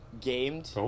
Gamed